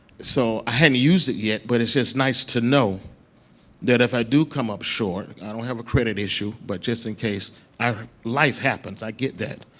so, i haven't used it yet, but it's just nice to know that if i do come up short i don't have a credit issue, but just in case ah, life happens. i get that.